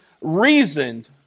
reasoned